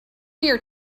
year